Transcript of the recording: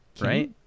Right